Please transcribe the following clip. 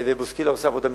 בוסקילה עושה עבודה מצוינת.